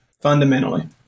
fundamentally